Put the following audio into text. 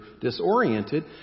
disoriented